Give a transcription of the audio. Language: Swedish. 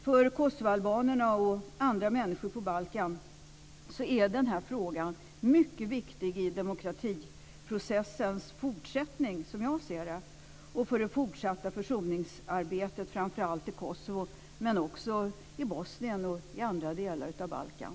För kosovoalbanerna och andra människor på Balkan är denna fråga mycket viktig i demokratiprocessens fortsättning, som jag ser det, och för det fortsatta försoningsarbetet framför allt i Kosovo, men också i Bosnien och på andra delar av Balkan.